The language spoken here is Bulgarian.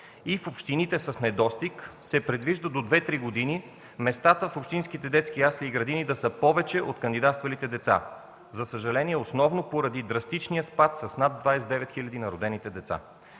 В общините с недостиг се предвижда до 2-3 години местата в общинските детски ясли и градини да са повече от кандидатствалите деца, за съжаление, основно поради драстичния спад на родените деца